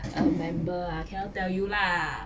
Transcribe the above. a member ah cannot tell you lah